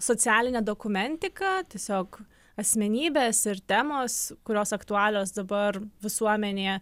socialinė dokumentika tiesiog asmenybės ir temos kurios aktualios dabar visuomenėje